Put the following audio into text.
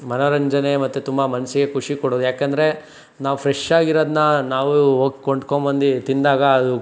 ಮನೋರಂಜನೆ ಮತ್ತು ತುಂಬ ಮನಸ್ಸಿಗೆ ಖುಷಿ ಕೊಡೋದು ಏಕೆಂದ್ರೆ ನಾವು ಫ್ರೆಶಾಗಿರೋದನ್ನ ನಾವು ಹೋಗಿ ಕೊಂಡ್ಕೊಂಡ್ಬಂದು ತಿಂದಾಗ ಅದು